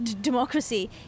democracy